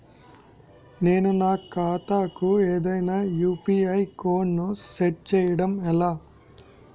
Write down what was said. నేను నా ఖాతా కు ఏదైనా యు.పి.ఐ కోడ్ ను సెట్ చేయడం ఎలా?